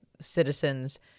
citizens